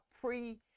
pre